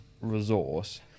resource